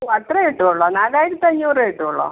ഓ അത്രയേ കിട്ടുകയുള്ളോ നാലായിരത്തി അഞ്ഞൂറേ കിട്ടുകയുള്ളോ